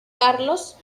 carlos